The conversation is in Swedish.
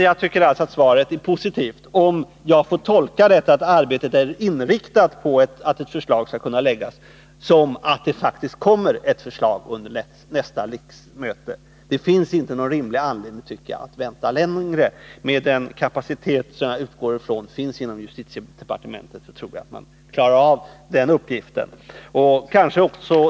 Jag tycker alltså att svaret är positivt, om jag får tolka detta att arbetet är inriktat på att ett förslag skall kunna läggas fram som att det faktiskt kommer ett förslag under nästa riksmöte. Det finns ingen rimlig anledning att vänta längre. Med den kapacitet som jag utgår från finns inom justitiedepartementet klarar man säkert av den uppgiften.